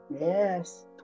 Yes